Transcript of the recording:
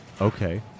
Okay